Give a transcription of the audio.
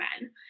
men